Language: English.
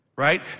Right